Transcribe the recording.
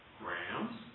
grams